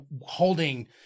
holding